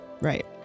Right